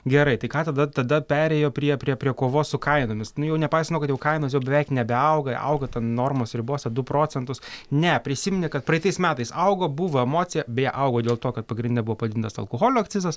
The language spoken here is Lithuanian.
gerai tai ką tada tada perėjo prie prie prie kovos su kainomis nu jau nepaisant to kad jau kainos jau beveik nebeauga auga ten normos ribose du procentus ne prisiminė kad praeitais metais augo buvo emocija beje augo dėl to kad pagrinde buvo padidintas alkoholio akcizas